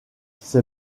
ses